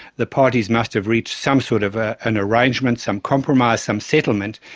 the parties must have reached some sort of ah and arrangement, some compromise, some settlement,